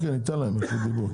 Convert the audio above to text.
ניתן להם רשות דיבור,